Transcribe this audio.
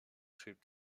schrieb